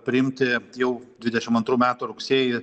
priimti jau dvidešim antrų metų rugsėjį